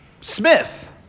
Smith